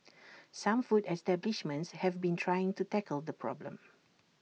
some food establishments have been trying to tackle the problem